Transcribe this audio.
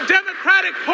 Democratic